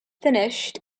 finished